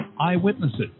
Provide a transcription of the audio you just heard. eyewitnesses